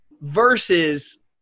versus